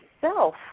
self